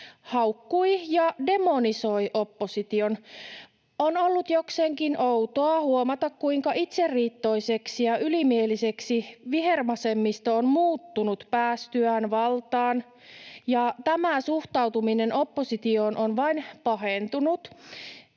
haukkui ja demonisoi opposition. On ollut jokseenkin outoa huomata, kuinka itseriittoiseksi ja ylimieliseksi vihervasemmisto on muuttunut päästyään valtaan, ja tämä suhtautuminen oppositioon on vain pahentunut.